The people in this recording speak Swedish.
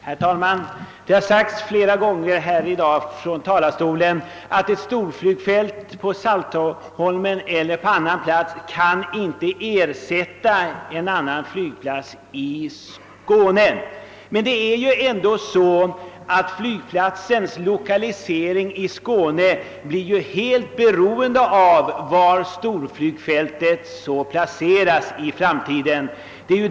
Herr talman! Det har sagts flera gånger från talarstolen i dag att ett storflygfält på Saltholm eller på annan plats inte kan ersätta en annan flygplats i Skåne. Flygplatsens lokalisering i Skåne blir dock helt beroende av var det framtida storflygfältet placeras.